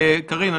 קרין,